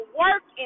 work